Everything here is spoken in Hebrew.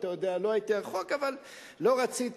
אתה יודע, לא הייתי רחוק, אבל לא רציתי.